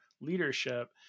leadership